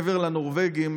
מעבר לנורבגים,